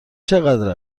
چقدر